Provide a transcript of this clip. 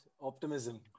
Optimism